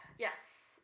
Yes